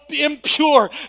impure